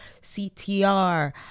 CTR